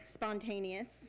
spontaneous